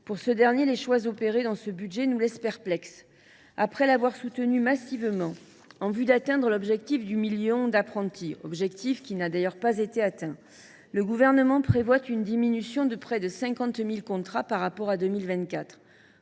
dans le domaine de l’apprentissage nous laissent perplexes. Après l’avoir soutenu massivement en vue d’atteindre l’objectif du million d’apprentis, objectif qui n’a d’ailleurs pas été atteint, le Gouvernement prévoit une diminution de près de 50 000 contrats par rapport à 2024.